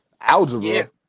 Algebra